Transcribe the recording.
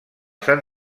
sant